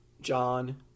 John